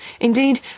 Indeed